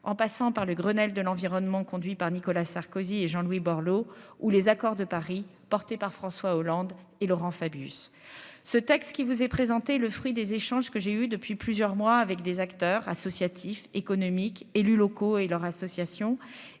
en passant par le Grenelle de l'environnement conduit par Nicolas Sarkozy et Jean Louis Borloo ou les accords de Paris porté par François Hollande et Laurent Fabius, ce texte qui vous est présenté le fruit des échanges que j'ai eus depuis plusieurs mois avec des acteurs associatifs économiques, élus locaux et leur association